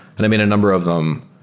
and i made a number of them,